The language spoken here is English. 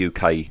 UK